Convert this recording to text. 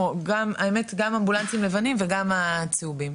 האמת גם אמבולנסים לבנים וגם הצהובים,